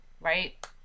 right